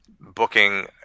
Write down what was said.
booking